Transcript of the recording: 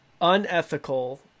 unethical